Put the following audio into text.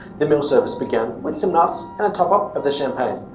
the meal service began with some nuts and a top-up of the champagne,